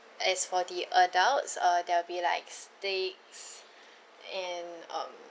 as for the adults uh there will be like steaks and um